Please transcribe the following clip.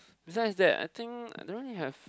reason is that I think I don't know he have